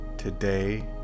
Today